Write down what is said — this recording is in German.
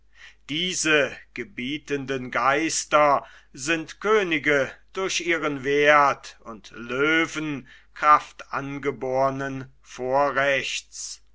diese gebietenden geister sind könige durch ihren werth und löwen kraft angebornen vorrechts